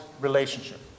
relationship